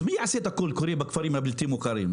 אז מי יעשה את הקול קורא בכפרים הבלתי מוכרים?